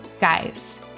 Guys